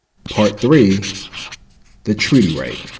part three the treaty right